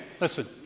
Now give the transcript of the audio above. listen